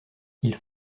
ils